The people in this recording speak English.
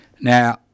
Now